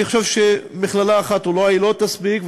אני חושב שמכללה אחת אולי לא תספיק,